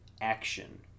Action